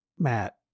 Matt